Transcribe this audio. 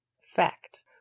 Fact